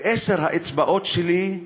בעשר האצבעות שלי,